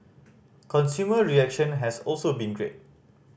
consumer reaction has also been great